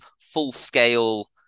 full-scale